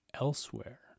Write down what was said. elsewhere